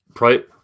right